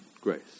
grace